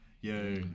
yo